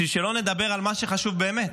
בשביל שלא נדבר על מה שחשוב באמת.